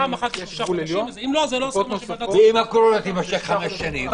פעם אחת לשלושה חודשים ואם לא --- ואם הקורונה תמשך חמש שנים?